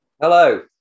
Hello